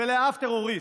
ולאף טרוריסט.